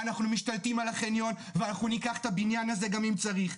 אנחנו משתלטים על החניון ואנחנו ניקח את הבניין הזה גם אם צריך,